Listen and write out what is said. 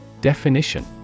Definition